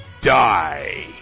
die